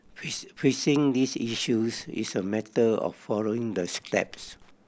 fix fixing these issues is a matter of following the steps